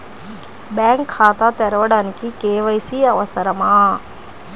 Bank ఖాతా తెరవడానికి KYC అవసరమా?